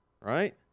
Right